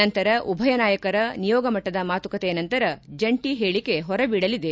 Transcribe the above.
ನಂತರ ಉಭಯ ನಾಯಕರ ನಿಯೋಗ ಮಟ್ಟದ ಮಾತುಕತೆ ನಂತರ ಜಂಟಿ ಹೇಳಿಕೆ ಹೊರಬೀಳಲಿದೆ